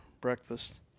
breakfast